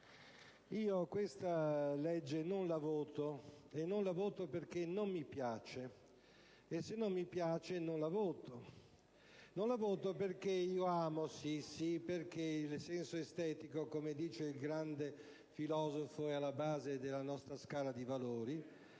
io questa legge non la voto, e non la voto perché non mi piace, e se non mi piace non la voto. Non la voto perché il senso estetico, come dice il grande filosofo, è alla base della nostra scala di valori,